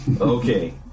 Okay